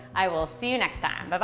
i will see you next time. but but